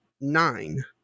nine